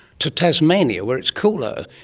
to tasmania where it's cooler.